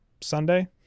Sunday